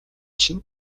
чинь